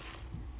don't know